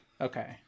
okay